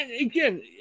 again